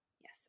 Yes